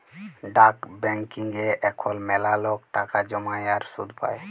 ডাক ব্যাংকিংয়ে এখল ম্যালা লক টাকা জ্যমায় আর সুদ পায়